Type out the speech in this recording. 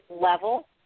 level